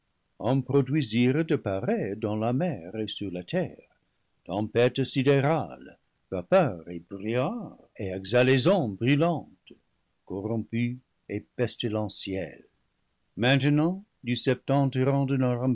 produisirent de pareils dans la mer et sur la terre tempête sidérale vapeur et brouillard et exhalaison brûlante corrompue et pestilentielle maintenant du